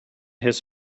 his